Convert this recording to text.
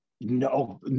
No